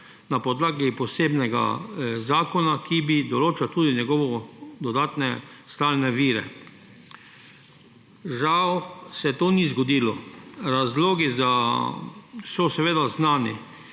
na podlagi posebnega zakona, ki bi določal tudi njegove dodatne stalne vire. Žal se to ni zgodilo. Razlogi so seveda znani.